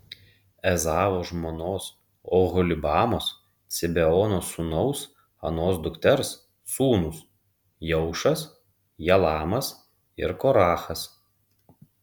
ezavo žmonos oholibamos cibeono sūnaus anos dukters sūnūs jeušas jalamas ir korachas